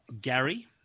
Gary